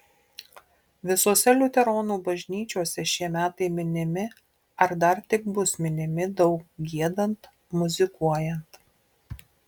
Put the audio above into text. visose liuteronų bažnyčiose šie metai minimi ar dar tik bus minimi daug giedant muzikuojant